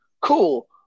cool